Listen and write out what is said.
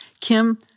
Kim